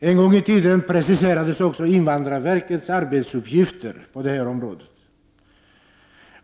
En gång i tiden preciserades också invandrarverkets uppgifter på detta område.